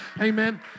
Amen